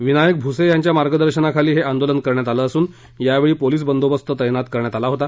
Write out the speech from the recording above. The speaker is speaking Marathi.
विनायक भुसे यांच्या मार्गदर्शनाखाली हे आंदोलन करण्यात आलं असून यावेळी पोलिस बंदोबस्त तैनात करण्यात आला होता